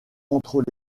entre